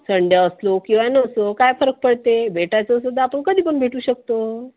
Sunday असला किंवा नसो काय फरक पडते भेटायचं असं तर आपण कधी पण भेटू शकतो